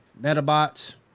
Metabots